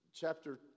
chapter